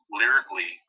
lyrically